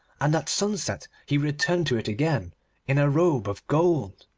and at sunset he returned to it again in a robe of gold.